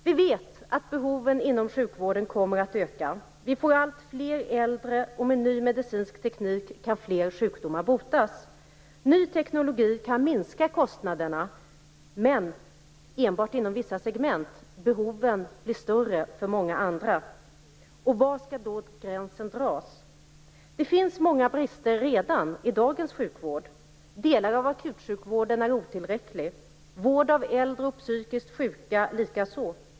Vi vet att behoven inom sjukvården kommer att öka. Vi får alltfler äldre, och med ny medicinsk teknik kan fler sjukdomar botas. Ny teknologi kan minska kostnaderna, men enbart inom vissa segment. Behoven blir större för många andra. Var skall då gränsen dras? Det finns redan många brister i dagens sjukvård. Delar av akutsjukvården är otillräcklig, vård av äldre och psykiskt sjuka likaså.